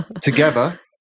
together